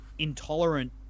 Intolerant